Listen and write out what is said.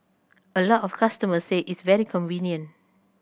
a lot of customers said it's very convenient